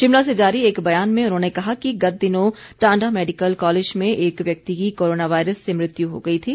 शिमला से जारी एक बयान में उन्होंने कहा कि गत दिनों टांडा मेडिकल कॉलेज में एक व्यक्ति की कोरोना वायरस से मृत्यु हो गई थी